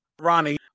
Ronnie